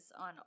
on